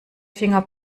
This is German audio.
finger